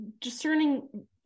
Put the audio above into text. discerning